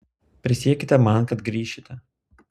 prisiekite man kad grįšite